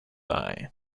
eye